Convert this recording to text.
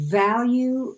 value